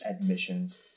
admissions